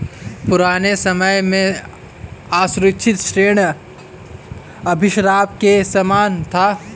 पुराने समय में असुरक्षित ऋण अभिशाप के समान था